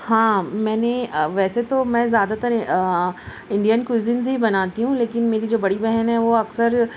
ہاں میں نے ویسے تو میں زیادہ تر انڈین کوزنس ہی بناتی ہوں لیکن میری جو بڑی بہن ہیں وہ اکثر